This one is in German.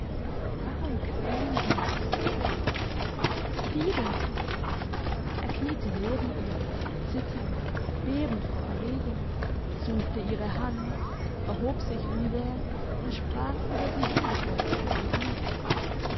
drückend weinte sie krampfhaft fides er kniete neben ihr zitternd bebend vor erregung suchte ihre hand erhob sich wieder und sprach über sie hingebeugt auf sie ein